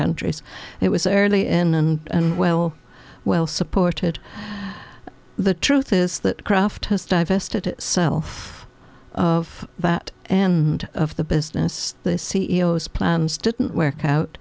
countries it was early in and well well supported the truth is that kraft has divested self of that and of the business the c e o s plans didn't work out